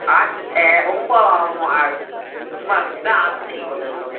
ஆஸ்ப்பி ரொம்ப உப்புசுமா இருந்துச்சுன்னால் ஆஸ்ப்பத்திரிக்கு கொண்டு வரணும்